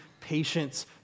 patience